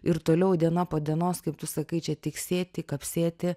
ir toliau diena po dienos kaip tu sakai čia tik sėti kapsėti